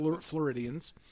Floridians